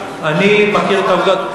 אני מכיר את העובדות.